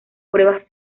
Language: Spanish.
pruebas